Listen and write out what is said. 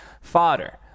fodder